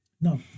No